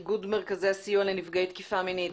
איגוד מרכזי הסיוע לנפגעי תקיפה מינית.